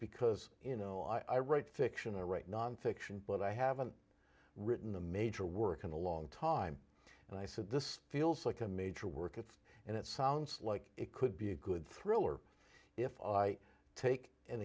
because in no i write fiction or write nonfiction but i haven't written a major work in a long time and i said this feels like a major work of and it sounds like it could be a good thriller if i take an